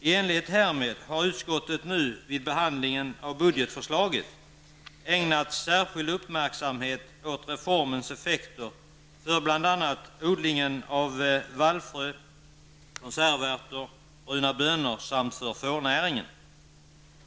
I enlighet härmed har utskottet nu vid behandlingen av budgetförslaget ägnat särskild uppmärksamhet åt reformens effekter för bl.a. odlingen av vallfrö, konservärtor och bruna bönor samt för fårnäringen.